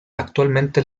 actualmente